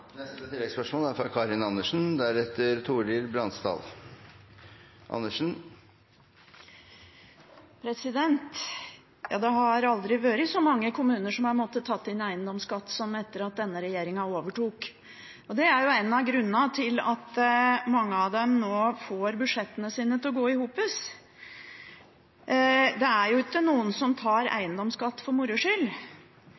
Karin Andersen – til oppfølgingsspørsmål. Det har aldri vært så mange kommuner som har måttet ta inn eiendomsskatt som etter at denne regjeringen overtok. Det er en av grunnene til at mange av dem nå får budsjettene sine til å gå i hop. Det er jo ingen som tar